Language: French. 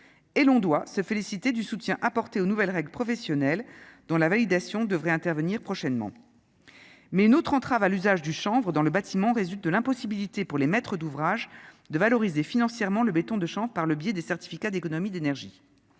et l'on doit se féliciter du soutien apporté aux nouvelles règles professionnelles dont la validation devrait intervenir prochainement, mais une autre entrave à l'usage du chanvre dans le bâtiment résulte de l'impossibilité pour les maîtres d'ouvrage de valoriser financièrement le béton de chant, par le biais des certificats d'économie d'énergie,